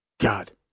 God